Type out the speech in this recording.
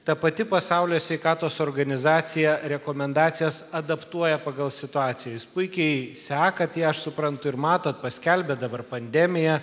ta pati pasaulio sveikatos organizacija rekomendacijas adaptuoja pagal situaciją jūs puikiai sekat ją aš suprantu ir matot paskelbė dabar pandemiją